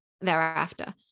thereafter